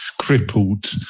crippled